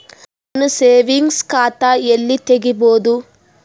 ನಾನು ಸೇವಿಂಗ್ಸ್ ಖಾತಾ ಎಲ್ಲಿ ತಗಿಬೋದು?